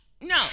no